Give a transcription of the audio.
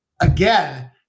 again